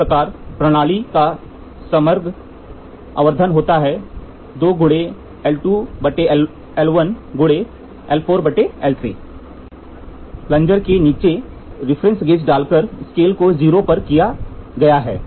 इस प्रकार प्रणाली का समग्र आवर्धन होता है 2 × प्लंजर के नीचे रेफरेंस गेज डालकर स्केल को 0 पर किया गया है